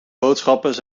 boodschapjes